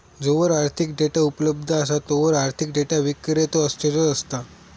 जोवर आर्थिक डेटा उपलब्ध असा तोवर आर्थिक डेटा विक्रेतो अस्तित्वात असता